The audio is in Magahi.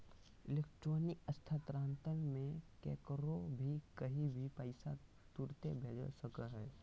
इलेक्ट्रॉनिक स्थानान्तरण मे केकरो भी कही भी पैसा तुरते भेज सको हो